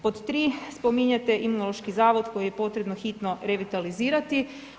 Pod tri, spominjete Imunološko zavod koji je potrebno hitno revitalizirati.